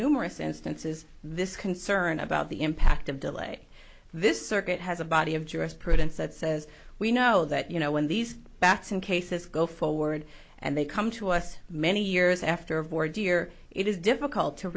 numerous instances this concern about the impact of delay this circuit has a body of jurisprudence that says we know that you know when these batson cases go forward and they come to us many years after of war dear it is difficult to